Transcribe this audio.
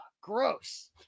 gross